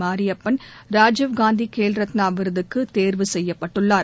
மாரியப்பன் ராஜீவ்காந்தி கேல்ரத்னா விருதுக்கு தேர்வு செய்யப்பட்டுள்ளார்